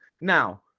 Now